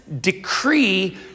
decree